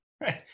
Right